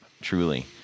truly